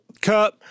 Kurt